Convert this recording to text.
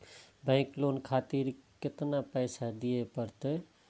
Bank loan खातीर केतना पैसा दीये परतें?